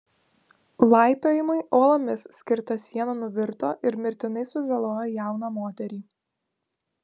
laipiojimui uolomis skirta siena nuvirto ir mirtinai sužalojo jauną moterį